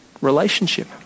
relationship